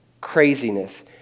craziness